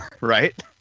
right